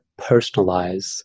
personalize